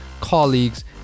colleagues